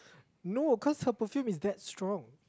no cause her perfume is that strong